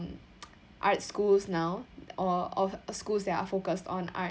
mm arts schools now or or schools that are focused on art